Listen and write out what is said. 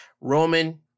Roman